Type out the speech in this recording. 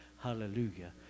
Hallelujah